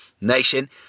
nation